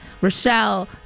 rochelle